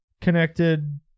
connected